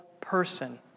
person